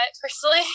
personally